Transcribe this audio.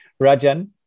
Rajan